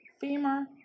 femur